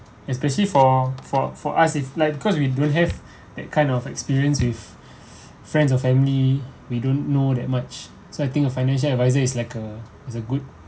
especially for for for us it's like cause we don't have that kind of experience with friends or family we don't know that much so I think a financial advisor is like a is a good